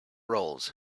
roles